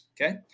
okay